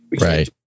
Right